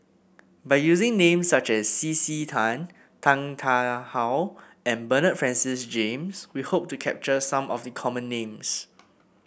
by using names such as C C Tan Tan Tarn How and Bernard Francis James we hope to capture some of the common names